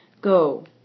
Go